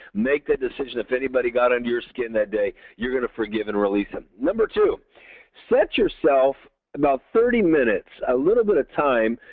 make that decision if anybody got under your skin that day you're going to forgive and release ah them. two set yourself about thirty minutes. a little bit of time.